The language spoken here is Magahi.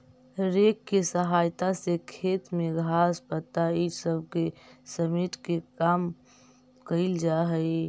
रेक के सहायता से खेत में घास, पत्ता इ सब के समेटे के काम कईल जा हई